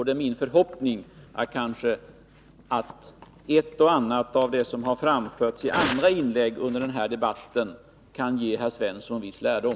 Det är min förhoppning att ett och annat av det som framförts i andra inlägg under den här debatten kan ge herr Svensson viss lärdom.